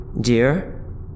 Dear